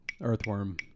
Earthworm